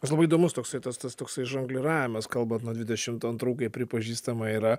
nes labai įdomus toksai tas tas toksai žongliravimas kalbant nuo dvidešimt antrų kai pripažįstama yra